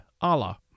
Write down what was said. Allah